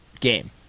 game